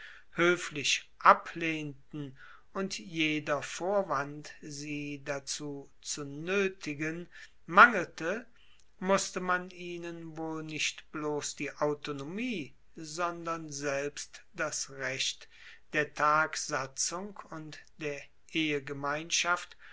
hoeflich ablehnten und jeder vorwand sie dazu zu noetigen mangelte musste man ihnen wohl nicht bloss die autonomie sondern selbst das recht der tagsatzung und der ehegemeinschaft